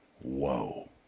Whoa